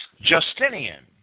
Justinian